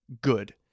good